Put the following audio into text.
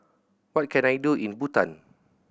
what can I do in Bhutan